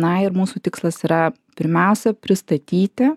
na ir mūsų tikslas yra pirmiausia pristatyti